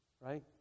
right